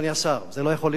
זה לא יכול להיות דבר כזה.